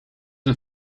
een